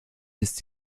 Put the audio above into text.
ist